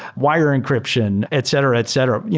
wire encryption, etc, etc, yeah